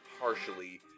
partially